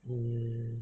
mm